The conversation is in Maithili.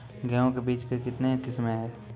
गेहूँ के बीज के कितने किसमें है?